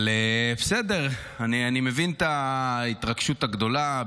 אבל בסדר, אני מבין את ההתרגשות הגדולה.